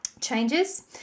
changes